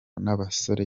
n’abasore